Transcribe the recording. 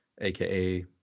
AKA